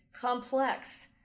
complex